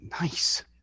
nice